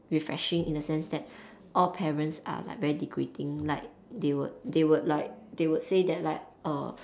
refreshing in the sense that all parents are like very degrading like they would they would like they would say that like err